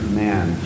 man